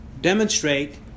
demonstrate